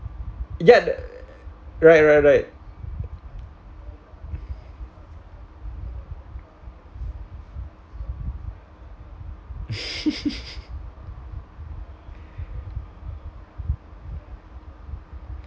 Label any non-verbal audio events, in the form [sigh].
ya the right right right [laughs]